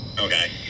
Okay